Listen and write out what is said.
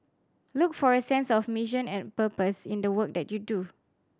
look for a sense of mission and purpose in the work that you do